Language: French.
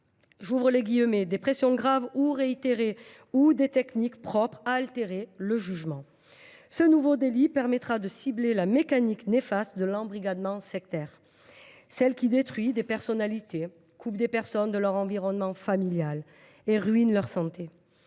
une personne par des « pressions graves ou réitérées » ou des « techniques propres à altérer le jugement ». Ce nouveau délit permettra de cibler la mécanique néfaste de l’embrigadement sectaire, qui détruit des personnalités, coupe des personnes de leur environnement familial et ruine leur santé,